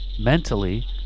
Mentally